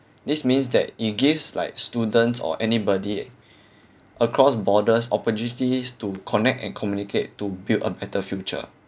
this means that it gives like students or anybody across borders opportunities to connect and communicate to build a better future